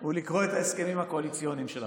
הוא לקרוא את ההסכמים הקואליציוניים שלכם.